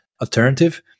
alternative